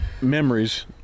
memories